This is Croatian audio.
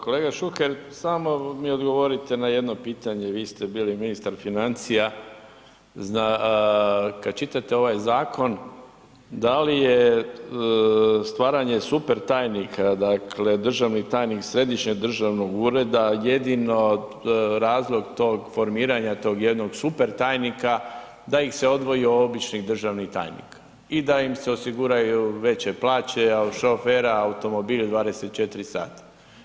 Kolega Šuker, samo mi odgovorite na jedno pitanje, vi ste bili ministar financija, kad čitate ovaj zakon, da li je stvaranje super tajnika, dakle državni tajnik središnjeg državnog ureda jedino razlog tog formiranja tog jedno super tajnika da ih se odvoji od običnih državnih tajnika i da im se osiguraju veće plaće, šofera, automobil 24 sata?